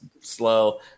slow